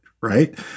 right